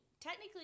technically